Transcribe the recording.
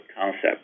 concept